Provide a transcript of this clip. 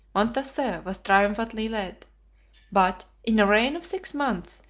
montasser was triumphantly led but in a reign of six months,